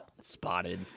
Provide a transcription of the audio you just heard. spotted